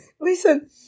listen